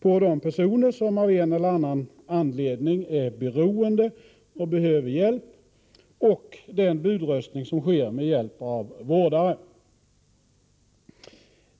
på de personer som av en eller annan anledning är beroende av hjälp och därför utnyttjar möjligheten med budröstning, som sker med hjälp av vårdare.